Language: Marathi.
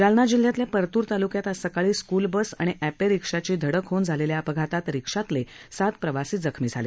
जालना जिल्ह्यातल्या परतूर तालुक्यात आज सकाळी स्कूल बस आणि एपे रिक्षाची धडक होवून झालेल्या अपघातात रिक्षातील सात प्रवासी जखमी झाले